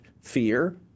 fear